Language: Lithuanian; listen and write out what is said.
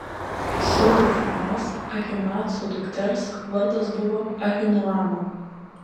sauliaus žmonos ahimaaco dukters vardas buvo ahinoama